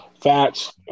Fats